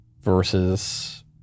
versus